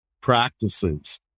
practices